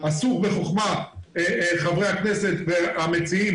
עשו בחוכמה חברי הכנסת והמציעים,